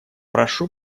прошу